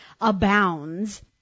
abounds